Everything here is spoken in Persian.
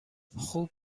خوب